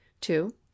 two